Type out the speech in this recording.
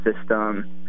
system